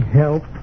help